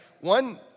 One